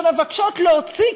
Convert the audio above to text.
שמבקשות להוציא,